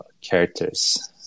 characters